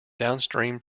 downstream